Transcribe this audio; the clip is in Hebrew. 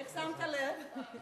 איך שמת לב?